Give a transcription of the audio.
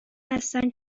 هستند